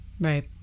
right